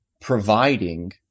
providing